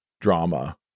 drama